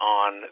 on